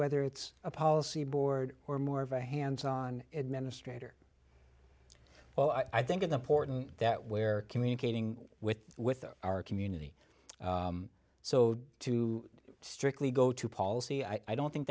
whether it's a policy board or more of a hands on administrator well i think in the porton that where communicating with with our community so to strictly go to policy i don't think